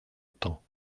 temps